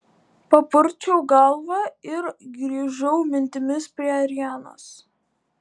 papurčiau galvą ir grįžau mintimis prie arianos